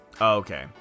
Okay